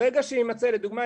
לדוגמה,